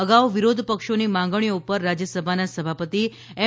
અગાઉ વિરોધપક્ષોની માંગણીઓ પર રાજ્યસભાના સભાપતિ એમ